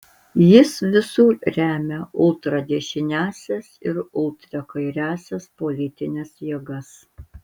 jis visur remia ultradešiniąsias ir ultrakairiąsias politines jėgas